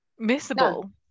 missable